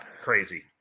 crazy